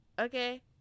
okay